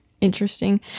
interesting